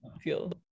feel